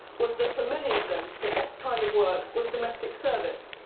was that for many of them the best kind of work was domestic service.